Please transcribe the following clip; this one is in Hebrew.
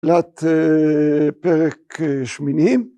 לת פרק שמינים.